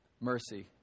mercy